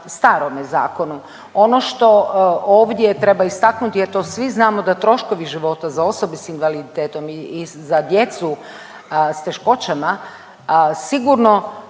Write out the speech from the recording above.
starome zakonu. Ono što ovdje treba istaknuti jer to svi znamo da troškovi života za osobe s invaliditetom i za djecu s teškoćama sigurno